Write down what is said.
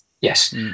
Yes